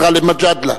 את גאלב מג'אדלה.